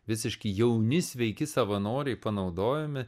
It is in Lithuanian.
visiški jauni sveiki savanoriai panaudojami